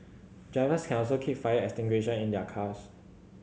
drivers can also keep fire extinguisher in their cars